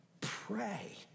Pray